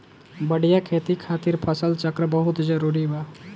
बढ़िया खेती खातिर फसल चक्र बहुत जरुरी बा